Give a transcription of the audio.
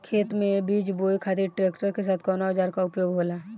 खेत में बीज बोए खातिर ट्रैक्टर के साथ कउना औजार क उपयोग होला?